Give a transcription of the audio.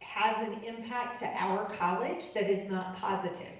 has an impact to our college that is not positive,